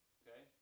okay